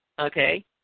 okay